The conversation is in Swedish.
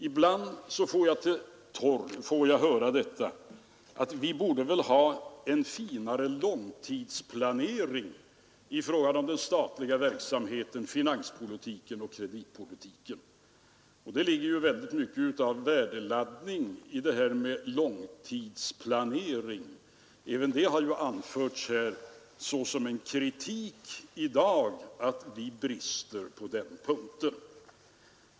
Ibland får jag höra att vi borde väl ha en finare långtidsplanering för den statliga verksamheten, finanspolitiken och kreditpolitiken. Det ligger väldigt mycket av värdeladdning i talet om långtidsplanering. Även här har det förekommit kritik för att vi brister på den punkten.